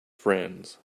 friends